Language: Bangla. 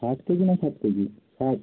ষাট কেজি না সাত কেজি ষাট